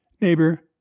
Neighbor